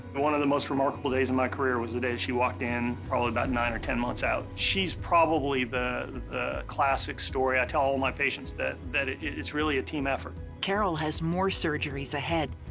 one of the most remarkable days of my career was the day she walked in, probably nine or ten months out. she's probably the classic story. i tell all my patients that that it's really a team effort. carol has more surgeries ahead,